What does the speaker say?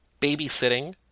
Babysitting